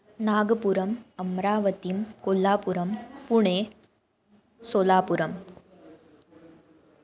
नागपुरम् अम्रावती कोल्लापुरम् पुणे सोलापुरम्